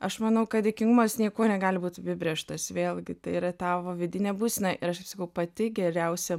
aš manau kad dėkingumas niekuo negali būt apibrėžtas vėlgi tai yra tavo vidinė būsena ir aš kaip sakau pati geriausia